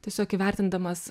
tiesiog įvertindamas